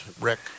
Rick